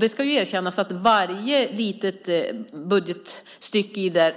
Det ska erkännas att vi inte hade möjlighet att granska varje litet budgetstycke, utan